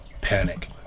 panic